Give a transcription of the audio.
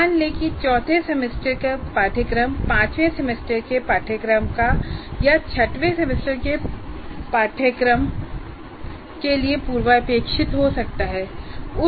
मान लें कि चौथे सेमेस्टर का पाठ्यक्रम ५वें सेमेस्टर के पाठ्यक्रम या ६वें सेमेस्टर के पाठ्यक्रम के लिए पूर्वापेक्षित हो सकता है